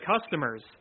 customers